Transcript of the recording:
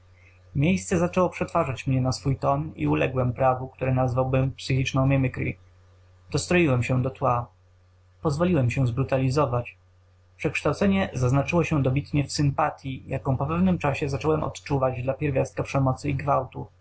miejsce zaczęło przetwarzać mnie na swój ton i uległem prawu które nazwałbym psychiczną mimicry dostroiłem się do tła pozwoliłem się zbrutalizować przekształcenie zaznaczyło się dobitnie w sympatyi jaką po pewnym czasie zacząłem uczuwać dla pierwiastka przemocy i gwałtu